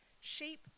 Sheep